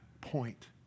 point